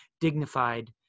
dignified